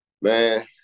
Man